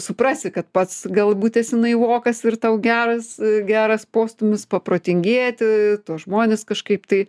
suprasi kad pats galbūt esi naivokas ir tau geras geras postūmis paprotingėti žmonės kažkaip tai